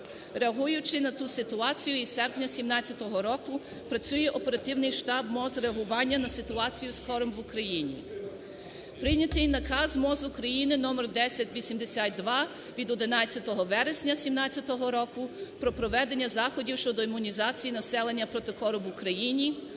Реагуючи на ту ситуацію, із серпня 2017 року працює оперативний штаб МОЗ реагування на ситуацію з кором в Україні. Прийнятий наказ МОЗ України № 1082 від 11 вересня 2017 року про проведення заходів щодо імунізації населення проти кору в Україні.